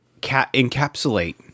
encapsulate